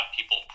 people